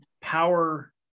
power